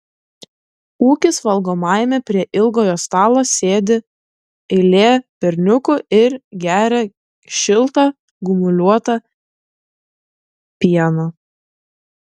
ūkis valgomajame prie ilgojo stalo sėdi eilė berniukų ir geria šiltą gumuliuotą pieną